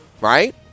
Right